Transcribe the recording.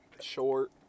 Short